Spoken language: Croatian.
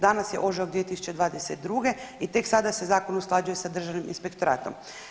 Danas je ožujak 2022. i tek sada se zakon usklađuje sa Državnim inspektoratom.